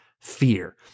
fear